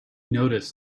noticed